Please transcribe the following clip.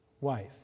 wife